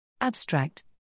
Abstract